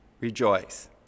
rejoice